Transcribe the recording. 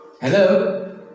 Hello